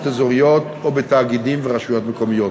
אזוריות או בתאגידים ורשויות מקומיות.